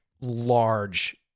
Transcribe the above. large